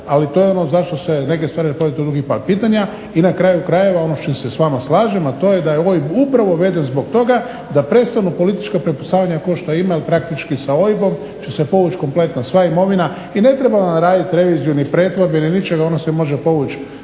ali to je ono zašto se neke stvari …/Ne razumije se./… pitanja i na kraju krajeva ono što se s vama slažem to je da je OIB upravo uveden zbog toga da prestanu politička prepucavanja tko šta ima jer praktički sa OIB-om će se povući kompletna sva imovina i ne treba vam radit reviziju ni pretvorbu ni ničega, ono se može povući